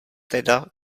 teda